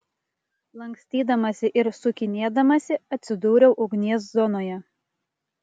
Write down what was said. lankstydamasi ir sukinėdamasi atsidūriau ugnies zonoje